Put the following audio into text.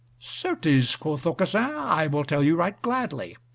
certes, quoth aucassin, i will tell you right gladly.